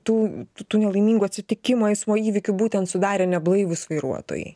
tų tų nelaimingų atsitikimų eismo įvykių būtent sudarė neblaivūs vairuotojai